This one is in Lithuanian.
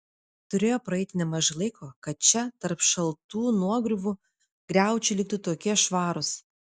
turėjo praeiti nemažai laiko kad čia tarp šaltų nuogriuvų griaučiai liktų tokie švarūs